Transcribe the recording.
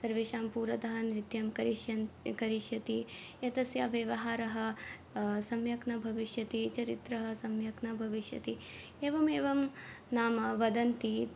सर्वेषां पुरतः नृत्यं करिष्यन् करिष्यति एतस्य व्यवहारः सम्यक् न भविष्यति चरित्रं सम्यक् न भविष्यति एवम् एवं नाम वदन्ति